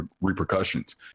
repercussions